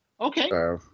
Okay